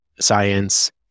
science